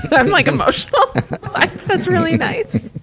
but i'm like emotional. like that's really nice.